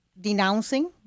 denouncing